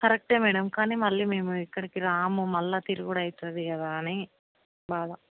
కరక్టే మ్యాడం కానీ మళ్ళీ మేము ఇక్కడికి రాము మళ్ళా తిరుగుడు అవుతుంది కదా అని బాధ